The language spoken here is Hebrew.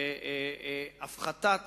שחלקן הפחתת